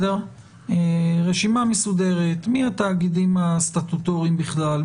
רשימה מסודרת מי התאגידים הסטטוטוריים בכלל,